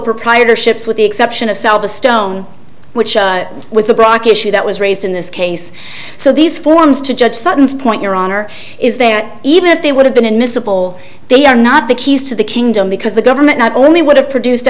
proprietorships with the exception of sell the stone which was the brock issue that was raised in this case so these forms to judge sutton's point your honor is that even if they would have been admissible they are not the keys to the kingdom because the government not only would have produced